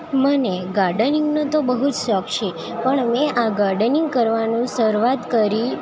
મને ગાર્ડનિંગનો તો બહુ જ શોખ છે પણ મેં આ ગાર્ડનિંગ કરવાની શરૂઆત કરી